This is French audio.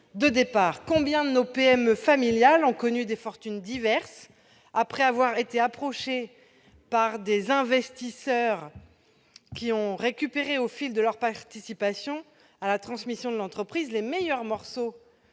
de départ. Combien de nos PME familiales ont connu des fortunes diverses, après avoir été approchées par des investisseurs qui ont récupéré, au fil de leur participation à la transmission de l'entreprise, les meilleurs morceaux